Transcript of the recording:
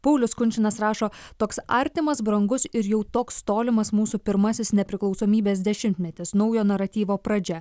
paulius kunčinas rašo toks artimas brangus ir jau toks tolimas mūsų pirmasis nepriklausomybės dešimtmetis naujo naratyvo pradžia